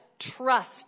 trust